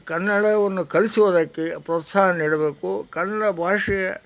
ಕನ್ನಡವನ್ನು ಕಲಿಸುವುದಕ್ಕೆ ಪ್ರೋತ್ಸಾಹ ನೀಡಬೇಕು ಕನ್ನಡ ಭಾಷೆಯ